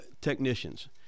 technicians